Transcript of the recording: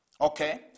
Okay